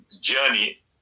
journey